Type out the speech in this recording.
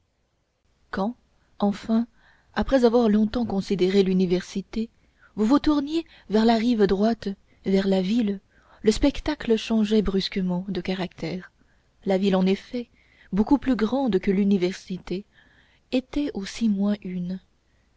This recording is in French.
quand enfin après avoir longtemps considéré l'université vous vous tourniez vers la rive droite vers la ville le spectacle changeait brusquement de caractère la ville en effet beaucoup plus grande que